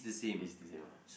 is the same lah